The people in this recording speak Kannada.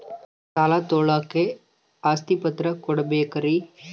ಸಾಲ ತೋಳಕ್ಕೆ ಆಸ್ತಿ ಪತ್ರ ಕೊಡಬೇಕರಿ?